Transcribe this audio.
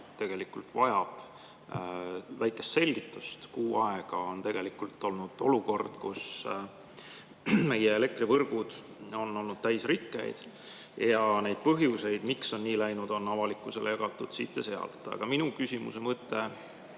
rahvas vajab väikest selgitust. Kuu aega on tegelikult olnud olukord, kus meie elektrivõrgud on olnud täis rikkeid. Põhjuseid, miks on nii läinud, on avalikkusele jagatud siit ja sealt. Minu küsimuse mõte